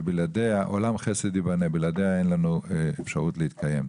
״עולם חסד יבנה״, בלעדיה אין לנו אפשרות להתקיים.